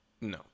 No